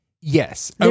Yes